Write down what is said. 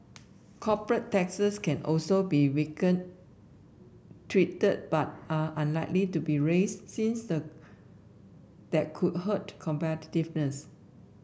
corporate taxes can also be tweaked but are unlikely to be raised since a that could hurt competitiveness